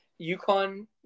UConn